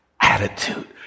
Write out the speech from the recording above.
attitude